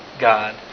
God